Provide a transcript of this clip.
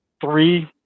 three